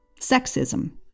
Sexism